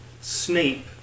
Snape